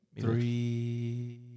Three